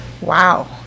wow